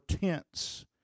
tents